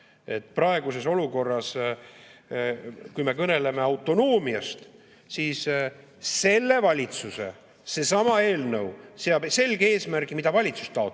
Praeguses olukorras, kui me kõneleme autonoomiast, seab selle valitsuse seesama eelnõu selge eesmärgi, mida valitsus taotleb.